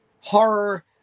horror